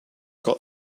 got